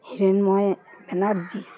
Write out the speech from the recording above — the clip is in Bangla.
হিরন্ময় ব্যানার্জি